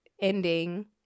ending